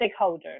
stakeholders